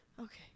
Okay